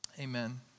Amen